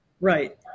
Right